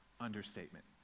Understatement